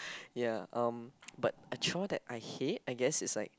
ya um but a chore that I hate I guess it's like